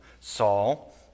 Saul